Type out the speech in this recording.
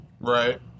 Right